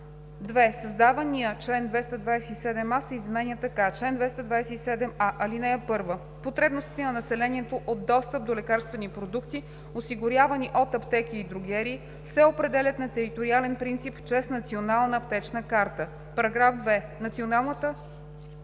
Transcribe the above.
2. Създавания чл. 227а се изменя така: „Чл. 227а. (1) Потребностите на населението от достъп до лекарствени продукти, осигурявани от аптеки и дрогерии, се определят на териториален принцип чрез Национална аптечна карта. (2) Националната